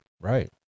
Right